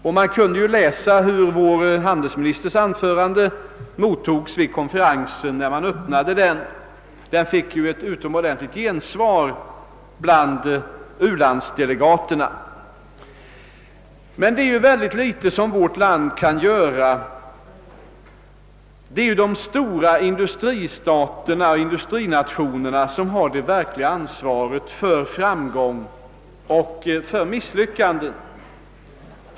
Och vi kunde läsa hur vår handelsministers anförande vid konferensens öppnande mottogs; det fick ett utomordentligt gensvar bland u-landsdelegaterna. Men det är ju väldigt litet som vårt land i detta sammanhang kan göra. Det är de stora industristaterna som har det verkliga ansvaret för framgång och för misslyckanden.